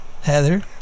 Heather